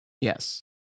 Yes